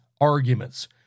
arguments